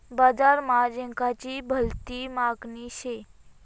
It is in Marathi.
बजार मा झिंगाची भलती मागनी शे